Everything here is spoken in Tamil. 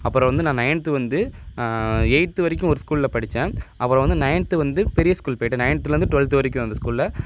அப்புறோம் வந்து நான் நைன்த்து வந்து எயித்து வரைக்கும் ஒரு ஸ்கூலில் படிச்சேன் அப்புறோம் வந்து நைன்த்து வந்து பெரிய ஸ்கூல் போயிட்டேன் நைன்த்துலந்து டுவல்த்து வரைக்கும் அந்த ஸ்கூலில்